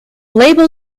label